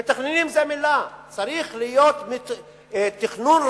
"מתכננים" זה מלה, צריך להיות תכנון ראוי,